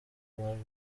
umubabaro